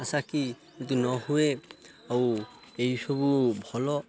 ଆଶା କିି ଯେତୁ ନ ହୁଏ ଆଉ ଏଇସବୁ ଭଲ